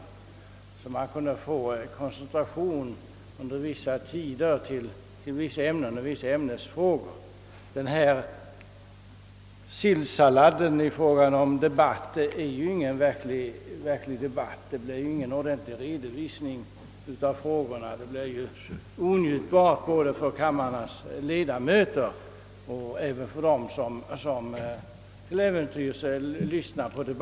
På detta sätt kunde man få till stånd en koncentration under vissa tider till bestämda ämnen och ämnesfrågor. Den sillsallad till debatt som. vi nu har är ingen verklig debatt, som ger någon egentlig redovisning av: frågorna. Diskussionen blir onjutbar både för kamrarnas ledamöter och för de övriga som till äventyrs lyssnar på den.